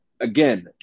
again